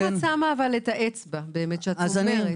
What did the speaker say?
אם את שמה את האצבע, איפה הבעיה?